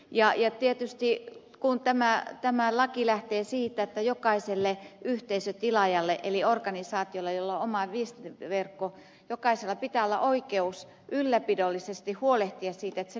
ja tietysti tämä laki lähtee siitä että jokaisella yhteisötilaajalla eli organisaatiolla jolla on oma viestintäverkko jokaisella pitää olla oikeus ylläpidollisesti huolehtia siitä että se viestintäverkko toimii